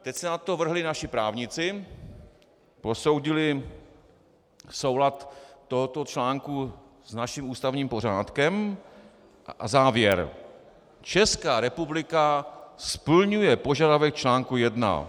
Teď se na to vrhli naši právníci, posoudili soulad tohoto článku s naším ústavním pořádkem a závěr: Česká republika splňuje požadavek článku 1.